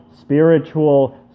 spiritual